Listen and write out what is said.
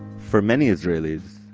for many israelis,